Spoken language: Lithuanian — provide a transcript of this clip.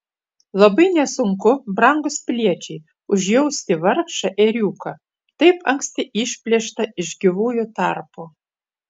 labai nesunku brangūs piliečiai užjausti vargšą ėriuką taip anksti išplėštą iš gyvųjų tarpo